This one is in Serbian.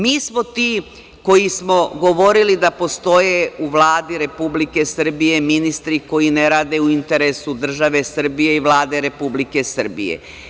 Mi smo ti koji smo govorili da postoje u Vladi Republike Srbije ministri koji ne rade u interesu države Srbije i Vlade Republike Srbije.